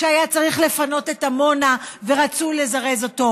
כשהיה צריך לפנות את עמונה ורצו לזרז אותו,